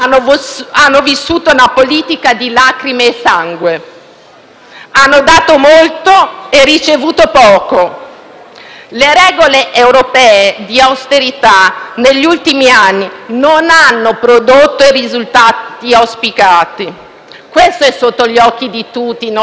hanno dato molto e ricevuto poco. Le regole europee di austerità negli ultimi anni non hanno prodotto i risultati auspicati: questo è sotto gli occhi di tutti, non lo possiamo negare e voi non lo potete negare.